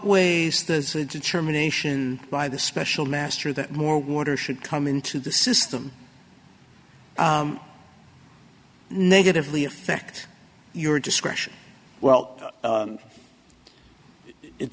a determination by the special master that more water should come into the system negatively affect your discretion well